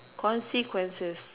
consequences